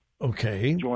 Okay